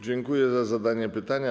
Dziękuję za zadanie pytania.